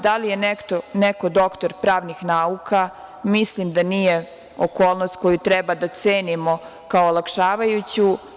Da li je neko doktor pravnih nauka, mislim da nije okolnost koju treba da cenimo kao olakšavajuću.